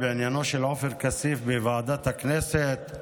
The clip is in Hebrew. בעניינו של עופר כסיף בוועדת הכנסת,